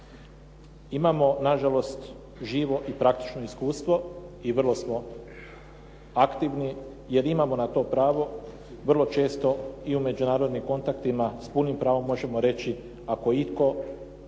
Imamo nažalost živo i praktično iskustvo i vrlo smo aktivni jer imamo na to pravo, vrlo često i u međunarodnim kontaktima s punim pravom možemo reći ako itko